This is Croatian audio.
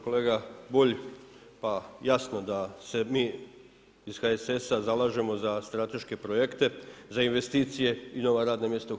Kolega Bulj, pa jasno da se mi iz HSS-a zalažemo za strateške projekte, za investicije i nova radna mjesta u RH.